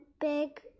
big